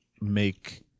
make